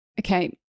okay